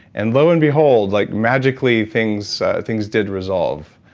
and lo and behold, like magically, things things did resolve.